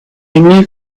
new